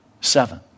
Seven